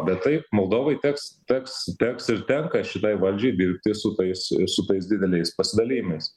bet taip moldovai teks teks teks ir tenka šitai valdžiai dirbti su tais su tais dideliais pasidalijimais